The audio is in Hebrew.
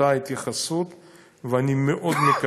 אותה התייחסות,